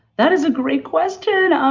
that is a great question. um